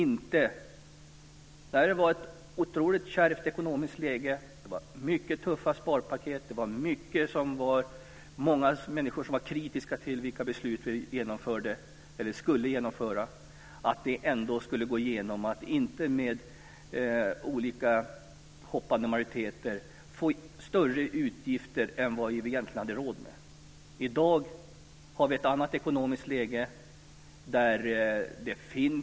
När det var ett kärvt ekonomiskt läge med tuffa sparpaket och många som var kritiska till besluten skulle det ändå gå igenom att inte med olika hoppande majoriteter få större utgifter än vad vi hade råd med. I dag har vi ett annat ekonomiskt läge.